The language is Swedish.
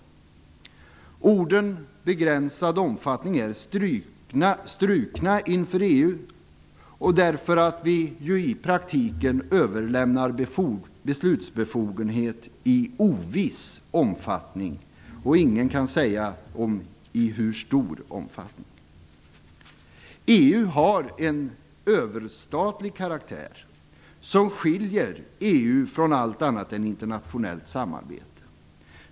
Orden "begränsad omfattning" är strukna inför EU därför att vi i praktiken överlämnar beslutsbefogenhet i oviss omfattning - ingen kan säga i hur stor omfattning. EU har en överstatlig karaktär, som skiljer EU från allt annat internationellt samarbete.